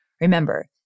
Remember